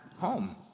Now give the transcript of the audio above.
home